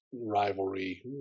rivalry